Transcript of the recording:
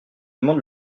demande